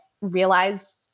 realized